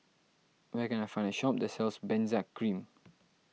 where can I find a shop that sells Benzac Cream